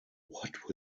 what